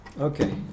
Okay